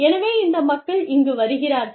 எனவே இந்த மக்கள் இங்கு வருகிறார்கள்